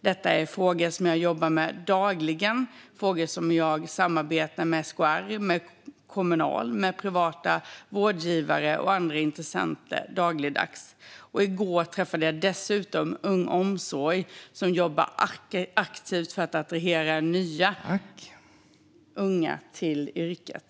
Detta är frågor som jag jobbar med dagligen och som jag dagligdags samarbetar om med SKR, Kommunal, privata vårdgivare och andra intressenter. I går träffade jag dessutom Ung Omsorg, som jobbar aktivt för att attrahera nya unga till yrket.